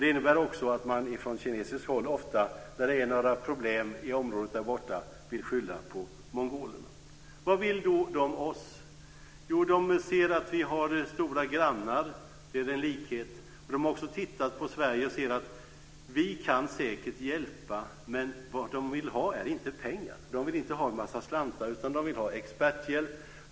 Det innebär också att man från kinesiskt håll ofta när det är något problem i området vill skylla på mongolerna. Vad vill de då oss? Jo, de ser att vi har stora grannar. Det är en likhet mellan dem och oss. De har tittat på Sverige och sett att vi säkert kan hjälpa. Men vad de vill ha är inte pengar. De vill inte ha en massa slantar, utan de vill ha experthjälp.